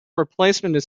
replacement